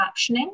captioning